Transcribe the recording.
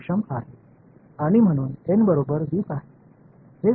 எனவே நான் n ஐ எவ்வாறு தேர்வு செய்வது